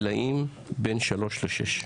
בגילאי שלוש עד שש.